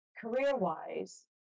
career-wise